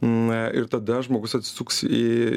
na ir tada žmogus atsisuks į